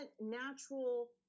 natural